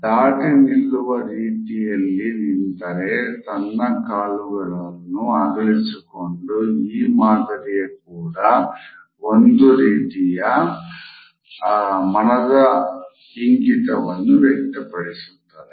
ದಾಟಿ ನಿಲ್ಲುವು ರೀತಿಯಲ್ಲಿ ನಿಂತರೆ ತನ್ನ ಕಾಲನ್ನು ಅಗಲಿಸಿಕೊಂಡು ಈ ಮಾದರಿಯು ಕೂಡ ಒಂದು ರೀತಿಯ ಮನದ ಇಂಗಿತವನ್ನು ವ್ಯಕ್ತ ಪಡಿಸುತ್ತದೆ